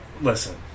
Listen